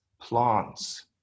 plants